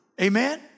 Amen